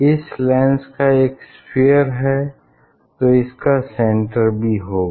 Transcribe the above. इस लेंस का एक स्फीयर है तो इसका सेंटर भी होगा